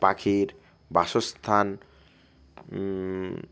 পাখির বাসস্থান